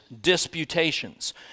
disputations